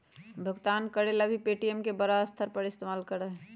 भुगतान करे ला भी पे.टी.एम के बड़ा स्तर पर इस्तेमाल करा हई